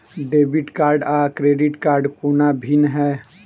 Debit card आ credit कोना भिन्न है?